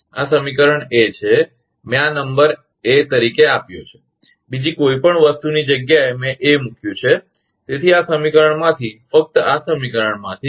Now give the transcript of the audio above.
આ સમીકરણ એ છે મેં આ નંબર A તરીકે આપ્યો છે બીજી કોઈ પણ વસ્તુની જગ્યાએ મેં A મૂક્યું છે તેથી આ સમીકરણમાંથી ફક્ત આ સમીકરણમાંથી